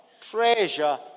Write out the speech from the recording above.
Treasure